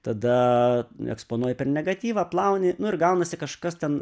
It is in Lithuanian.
tada eksponuoji per negatyvą plauni ir gaunasi kažkas ten